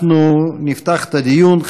אנחנו נפתח את הדיון.